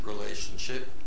relationship